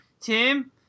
Tim